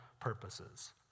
purposes